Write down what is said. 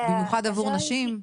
במיוחד עבור נשים.